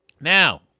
Now